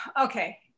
okay